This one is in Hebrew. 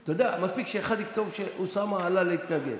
אתה יודע, מספיק שאחד יכתוב שאוסאמה עלה להתנגד.